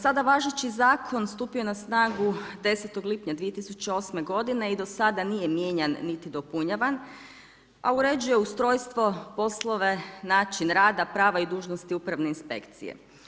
Sada važeći zakon stupio je na snagu 10. lipnja 2008. godine i do sada nije mijenjan niti dopunjavan, a uređuje ustrojstvo, poslove, način rada, prava i dužnosti Upravne inspekcije.